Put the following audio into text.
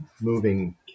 moving